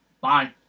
bye